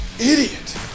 Idiot